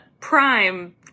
prime